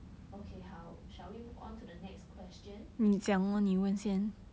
okay 好 shall we move on to the next question